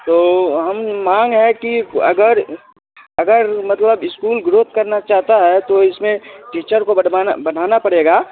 तो हम मांग है कि अगर अगर मतलब स्कूल ग्रो करना चाहता है तो इसमें टीचर को बढ़वाना बढ़ाना पड़ेगा